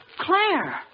Claire